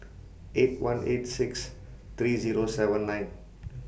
eight one eight six three Zero seven nine